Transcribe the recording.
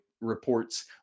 reports